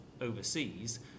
overseas